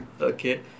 okay